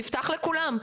תפתח לכולם.